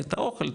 אוכל,